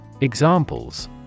Examples